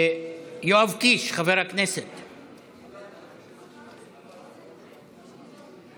חבר הכנסת יואב